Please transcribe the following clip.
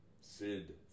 Sid